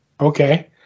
Okay